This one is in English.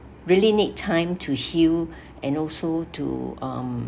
really need time to heal and also to um